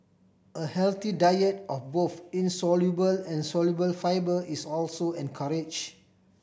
a healthy diet of both insoluble and soluble fibre is also encourage